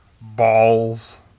Balls